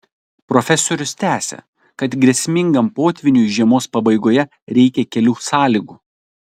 profesorius tęsia kad grėsmingam potvyniui žiemos pabaigoje reikia kelių sąlygų